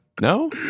no